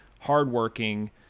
hardworking